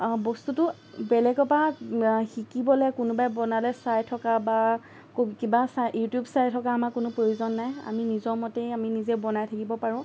বস্তুটো বেলেগৰ পৰা শিকিবলৈ কোনোবাই বনালে চাই থকা বা কিবা চাই ইউটিউব চাই থকা আমাৰ কোনো প্ৰয়োজন নাই আমি নিজৰ মতেই আমি নিজেই বনাই থাকিব পাৰোঁ